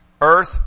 earth